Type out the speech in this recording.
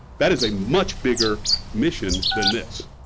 that is a much bigger mission than this,